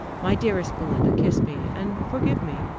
my dearest belinda, kiss me, and forgive me.